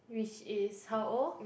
which is how old